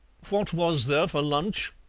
what was there for lunch?